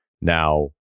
Now